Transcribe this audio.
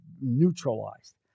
neutralized